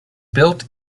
built